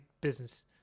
business